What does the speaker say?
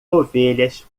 ovelhas